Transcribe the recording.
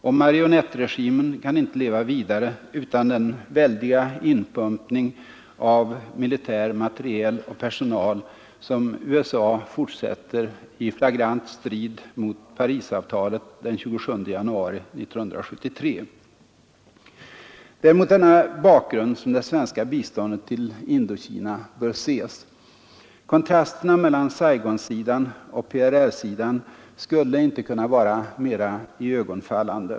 Och marionettregimen kan inte leva vidare utan den väldiga inpumpning av militär materiel och personal, som USA fortsätter med i flagrant strid mot Parisavtalet den 27 januari 1973. Det är mot denna bakgrund som det svenska biståndet till Indokina bör ses. Kontrasterna mellan Saigonsidan och PRR-sidan skulle inte kunna vara mera iögonfallande.